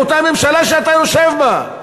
מאותה ממשלה שאתה יושב בה.